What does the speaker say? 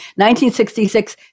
1966